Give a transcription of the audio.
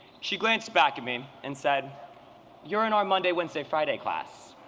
she glanced back at me and said you're in our monday-wednesday-friday class.